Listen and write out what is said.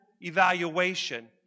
evaluation